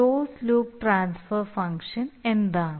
closed loop transfer function എന്താണ്